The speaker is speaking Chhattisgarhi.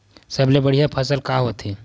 सबले बढ़िया फसल का होथे?